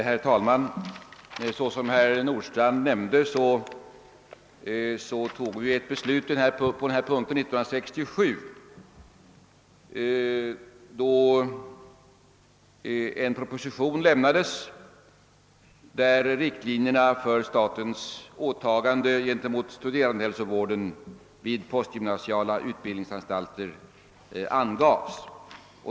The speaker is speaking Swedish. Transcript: Herr talman! Som herr Nordstrandh nämnde fattade riksdagen beslut i detta ärende 1967, då en proposition lagts fram i vilken riktlinjerna för statens åtagande när det gällde studerandehälsovården vid postgymnasiala utbildningsanstalter angavs.